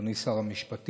אדוני שר המשפטים,